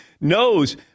knows